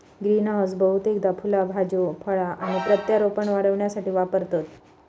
greenhouse बहुतेकदा फुला भाज्यो फळा आणि प्रत्यारोपण वाढविण्यासाठी वापरतत